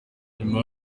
nyuma